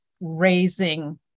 raising